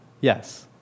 Yes